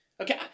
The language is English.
Okay